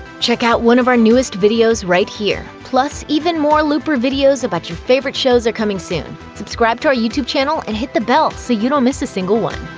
check out one of our newest videos right here! plus, even more looper videos about your favorite shows are coming soon. subscribe to our youtube channel and hit the bell so you don't miss a single one.